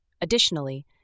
Additionally